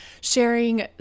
sharing